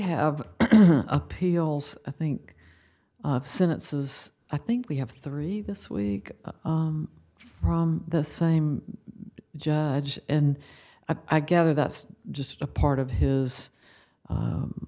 have appeals i think sentences i think we have three this week from the same judge and i gather that's just a part of his